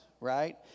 right